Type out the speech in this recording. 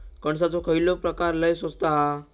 कणसाचो खयलो प्रकार लय स्वस्त हा?